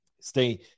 stay